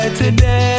Today